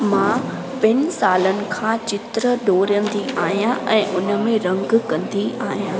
मां ॿिनि सालनि खां चित्र दोरंदी आहियां ऐं उनमे रंग कंदी आहियां